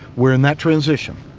we're in that transition.